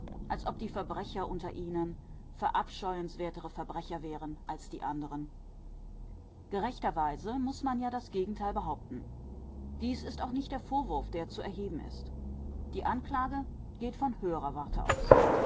als ob die verbrecher unter ihnen verabscheuenswertere verbrecher wären als die anderen gerechterweise muß man ja das gegenteil behaupten dies ist auch nicht der vorwurf der zu erheben ist die anklage geht von höherer warte aus